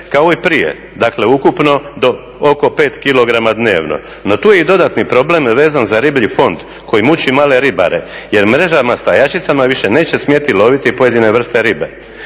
kao i prije. Dakle, ukupno oko 5 kg dnevno. No tu je i dodatni problem vezan za riblji fond koji muči male ribare jer mrežama stajaćicama više neće smjeti loviti pojedine vrste ribe.